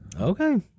okay